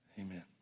Amen